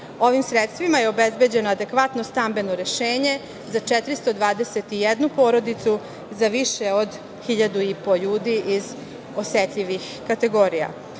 Ovim sredstvima je obezbeđeno adekvatno stambeno rešenje za 421 porodicu za više od hiljadu i po ljudi iz osetljivih kategorija.